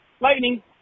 Lightning